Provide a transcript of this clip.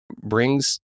brings